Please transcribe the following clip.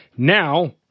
Now